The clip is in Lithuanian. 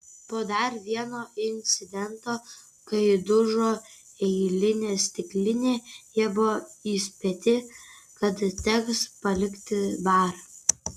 po dar vieno incidento kai dužo eilinė stiklinė jie buvo įspėti kad teks palikti barą